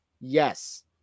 Yes